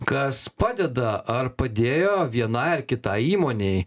kas padeda ar padėjo vienai ar kitai įmonei